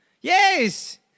Yes